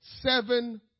seven